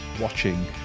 watching